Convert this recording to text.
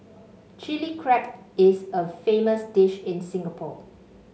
Chilli Crab is a famous dish in Singapore